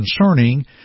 concerning